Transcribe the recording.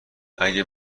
اگر